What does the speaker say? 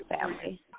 family